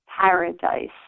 paradise